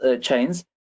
chains